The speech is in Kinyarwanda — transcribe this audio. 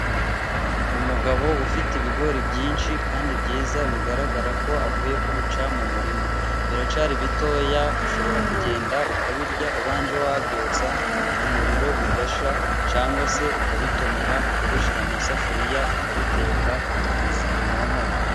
Umugabo ufite ibigori byinshi kandi byiza， bigaragara ko avuye kubica mu murima. Biracyari bitoya， ushobora kugenda ukabirya， ubanje wabyotsa ku muririro bigashya，cyangwa se ukabitonora，ukabishyira mu isafuriya， ukabiteka mu nkono.